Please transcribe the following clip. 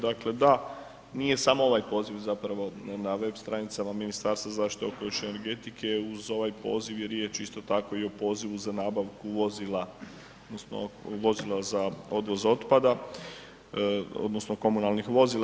Dakle, da nije samo ovaj poziv zapravo na web stranicama Ministarstva zaštite okoliša i energetike, uz ovaj poziv je riječ isto tako i o pozivu za nabavku vozila odnosno vozila za odvoz otpada odnosno komunalnih vozila.